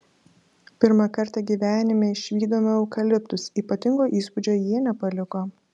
pirmą kartą gyvenime išvydome eukaliptus ypatingo įspūdžio jie nepaliko